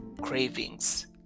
cravings